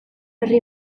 berri